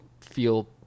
feel